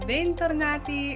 Bentornati